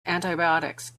antibiotics